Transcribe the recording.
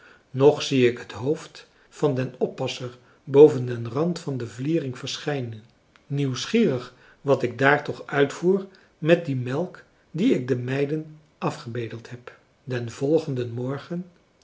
nog zie ik het hoofd van den oppasser boven den rand van de vliering verschijnen nieuwsgierig wat ik daar toch uitvoer met die melk die ik de meiden afgebedeld heb den volgenden morgen